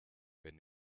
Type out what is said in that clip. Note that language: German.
wenn